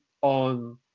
on